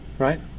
Right